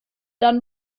dann